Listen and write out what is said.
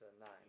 Nine